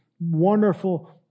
wonderful